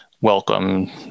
welcome